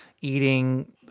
eating